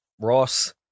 Ross